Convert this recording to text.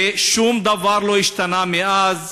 ושום דבר לא השתנה מאז: